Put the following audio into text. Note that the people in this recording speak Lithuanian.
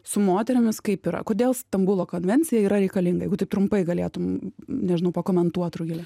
su moterimis kaip yra kodėl stambulo konvencija yra reikalinga jeigu taip trumpai galėtum nežinau pakomentuot rugile